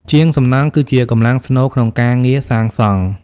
ជាងសំណង់គឺជាកម្លាំងស្នូលក្នុងការងារសាងសង់។